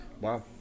Wow